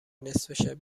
نصفه